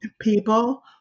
people